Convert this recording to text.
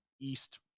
East